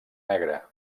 negre